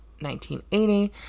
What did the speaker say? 1980